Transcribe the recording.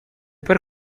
per